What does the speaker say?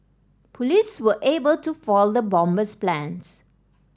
police were able to foil the bomber's plans